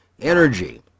energy